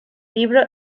libro